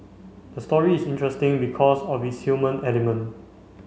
the story is interesting because of its human element